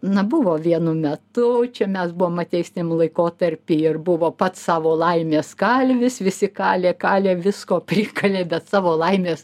na buvo vienu metu čia mes buvom ateistiniam laikotarpy ir buvo pats savo laimės kalvis visi kalė kalė visko prikalė bet savo laimės